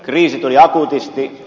kriisi tuli akuutisti